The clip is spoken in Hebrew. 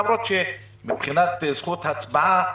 למרות שמבחינת זכות הצבעה